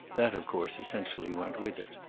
that of course essentially went with it.